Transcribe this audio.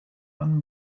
man